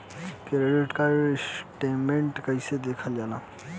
Credit card statement कइसे देखल जाला?